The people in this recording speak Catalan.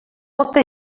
molta